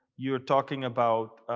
you are talking about